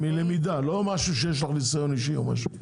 מלמידה, לא משהו שיש לך ניסיון אישי עוד משהו?